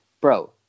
Bro